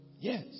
Yes